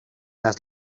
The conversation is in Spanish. las